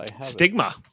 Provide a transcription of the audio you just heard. Stigma